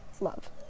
love